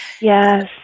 Yes